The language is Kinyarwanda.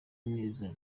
neza